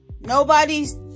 nobody's